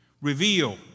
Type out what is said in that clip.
reveal